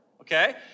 okay